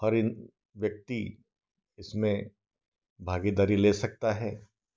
हर एक व्यक्ति इसमें भागीदारी ले सकता है